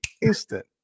instant